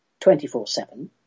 24-7